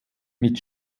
mit